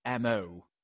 mo